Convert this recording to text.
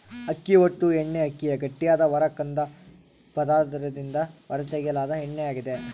ಅಕ್ಕಿ ಹೊಟ್ಟು ಎಣ್ಣೆಅಕ್ಕಿಯ ಗಟ್ಟಿಯಾದ ಹೊರ ಕಂದು ಪದರದಿಂದ ಹೊರತೆಗೆಯಲಾದ ಎಣ್ಣೆಯಾಗಿದೆ